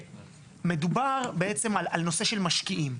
ומדובר בעצם על הנושא של משקיעים.